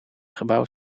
gebouw